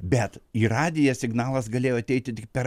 bet į radiją signalas galėjo ateiti tik per